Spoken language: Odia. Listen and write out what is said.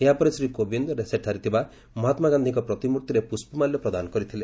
ଏହାପରେ ଶ୍ରୀ କୋବିନ୍ଦ୍ ସେଠାରେ ଥିବା ମହାତ୍ରାଗାନ୍ଧିଙ୍କ ପ୍ରତିମର୍ତ୍ତିରେ ପୁଷ୍ପମାଲ୍ୟ ପ୍ରଦାନ କରିଥିଲେ